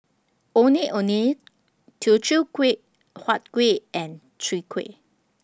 Ondeh Ondeh Teochew Kuih Huat Kuih and Chwee Kueh